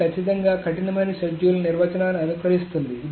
అది ఖచ్చితంగా కఠినమైన షెడ్యూల్ల నిర్వచనాన్ని అనుకరిస్తుంది